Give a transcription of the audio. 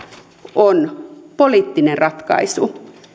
on poliittinen ratkaisu